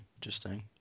Interesting